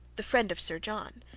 the friend of sir john,